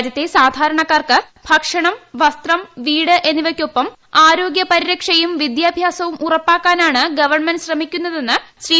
രാജ്യത്തെ ്സ്മൃധാരണക്കാർക്ക് ഭക്ഷണം വസ്ത്രം വീട് എന്നിവയ്ക്കൊപ്പ്ർ ആരോഗ്യ പരിരക്ഷയും വിദ്യാഭ്യാസവും ഉറപ്പാക്കാന്റാണ് ഗവൺമെന്റ് ശ്രമിക്കുന്നതെന്ന് ശ്രീ